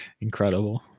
Incredible